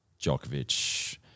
Djokovic